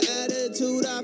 attitude